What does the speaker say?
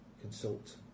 consult